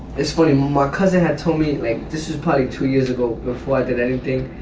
it's funny, my um ah cousin had told me like this is party two years ago before i did anything.